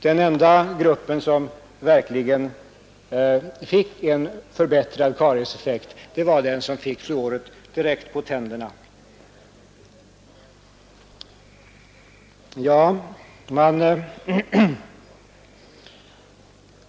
Den enda grupp som verkligen noterade en något förbättrad effekt när det gällde karies var den grupp som fick fluor direkt på tänderna vid drickandet.